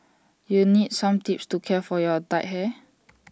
you need some tips to care for your dyed hair